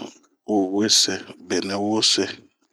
Wese, benɛ wose.